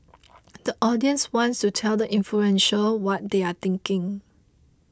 the audience wants to tell the influential what they are thinking